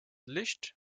licht